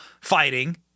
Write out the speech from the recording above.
fighting